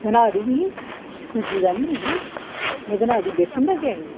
बना दी बी सूजी दा निं ऐही में बना दी बेसन दा गै ही